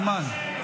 נגמר הזמן,